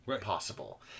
possible